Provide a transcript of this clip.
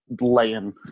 laying